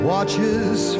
Watches